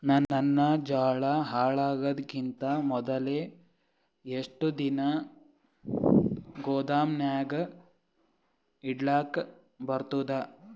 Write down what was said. ನನ್ನ ಜೋಳಾ ಹಾಳಾಗದಕ್ಕಿಂತ ಮೊದಲೇ ಎಷ್ಟು ದಿನ ಗೊದಾಮನ್ಯಾಗ ಇಡಲಕ ಬರ್ತಾದ?